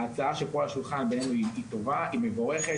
ההצעה שנמצאת פה על השולחן היא טובה ומבורכת,